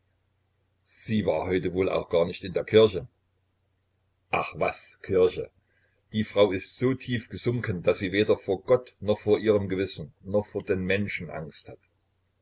sie war heute wohl auch gar nicht in der kirche ach was kirche die frau ist so tief gesunken daß sie weder vor gott noch vor ihrem gewissen noch vor den menschen angst hat